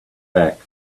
back